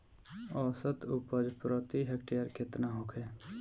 औसत उपज प्रति हेक्टेयर केतना होखे?